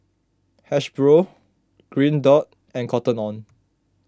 Hasbro Green Dot and Cotton on